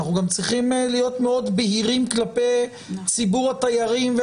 אנחנו גם צריכים להיות מאוד בהירים כלפי ציבור התיירים.